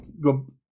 go